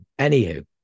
anywho